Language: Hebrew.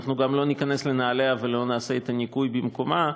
אנחנו גם לא ניכנס לנעליה ולא נעשה את הניקוי במקומה,